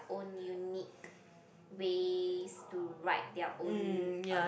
own unique ways to write their own uh